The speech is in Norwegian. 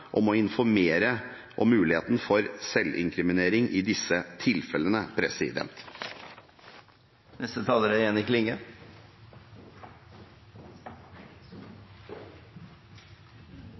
om å informere om muligheten for selvinkriminering i disse tilfellene.